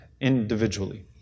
individually